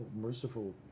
merciful